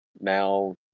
now